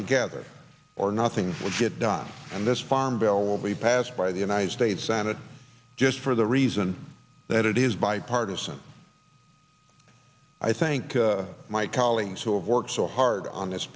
together or nothing will get done and this farm bill will be passed by the united states senate just for the reason that it is bipartisan i thank my colleagues who have worked so hard on this